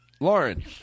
Lauren